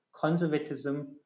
conservatism